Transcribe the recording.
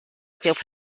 self